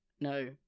No